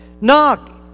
Knock